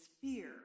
fear